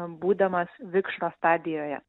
būdamas vikšro stadijoje